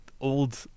old